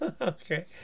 Okay